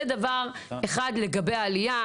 זה דבר אחד לגבי העלייה,